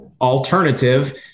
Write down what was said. alternative